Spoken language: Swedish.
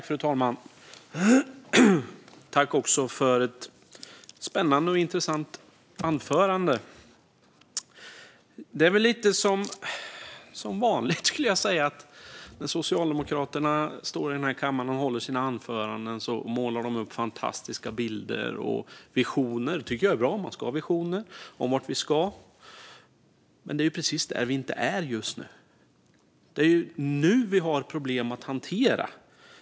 Fru talman! Jag tackar för ett spännande och intressant anförande. Jag skulle vilja säga att det är lite grann som vanligt. När Socialdemokraterna står i den här kammaren och håller sina anföranden målar de upp fantastiska bilder och visioner. Det tycker jag är bra. Man ska ha visioner om vart vi ska. Men det är precis där vi inte är just nu. Det är nu som vi har problem att hantera.